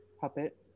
puppet